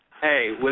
Hey